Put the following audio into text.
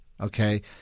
okay